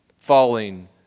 falling